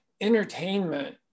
entertainment